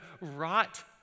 rot